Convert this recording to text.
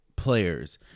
players